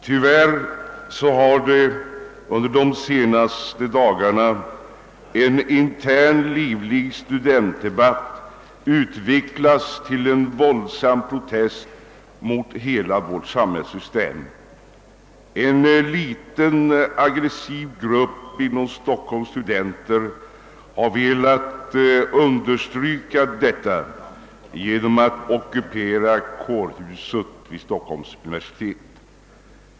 Tyvärr har under de allra senaste dagarna en intern livlig studentdebatt utvecklats till en våldsam protest mot hela vårt samhällssystem. En liten aggressiv grupp bland Stockholms stu denter har velat understryka detta genom att ockupera kårhuset vid Stockholms universitet.